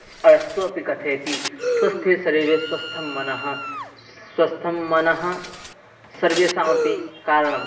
अस्तु अपि कथयति स्वस्थे शरीरे स्वस्थं मनः स्वस्थं मनः सर्वेषामपि कारणम्